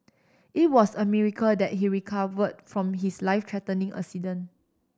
it was a miracle that he recovered from his life threatening accident